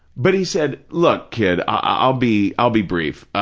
but he said, look, kid, i'll be i'll be brief.